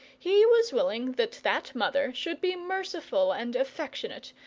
he was willing that that mother should be merciful and affectionate,